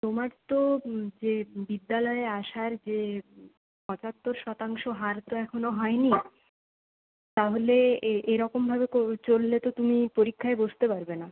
তোমার তো বি বিদ্যালয়ে আসার যে পঁচাত্তর শতাংশ হার তো এখনও হয়নি তাহলে এ এরকমভাবে কো চললে তো তুমি পরীক্ষায় বসতে পারবে না